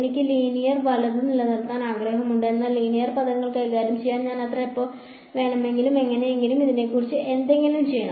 എനിക്ക് ലീനിയർ വലത് നിലനിർത്താൻ ആഗ്രഹമുണ്ട് എന്നാൽ ലീനിയർ പദങ്ങൾ കൈകാര്യം ചെയ്യാൻ ഞാൻ ഇപ്പോൾ എങ്ങനെയെങ്കിലും ഇതിനെക്കുറിച്ച് എന്തെങ്കിലും ചെയ്യണം